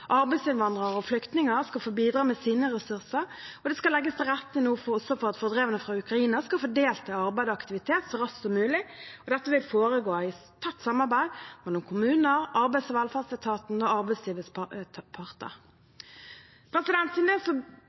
Arbeidsinnvandrere og flyktninger skal få bidra med sine ressurser, og det skal nå også legges til rette for at fordrevne fra Ukraina skal få delta i arbeid og aktivitet så raskt som mulig. Dette vil foregå i tett samarbeid mellom kommuner, Arbeids- og velferdsetaten og arbeidslivets parter.